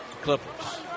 Clippers